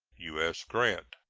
u s. grant.